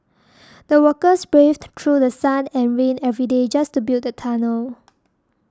the workers braved through The Sun and rain every day just to build the tunnel